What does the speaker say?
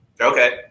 okay